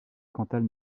cantate